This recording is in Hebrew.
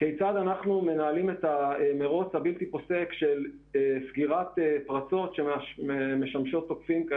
כיצד אנחנו מנהלים את המרוץ הבלתי-פוסק של סגירת פרצות שמשמשות תוקפים.